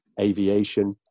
aviation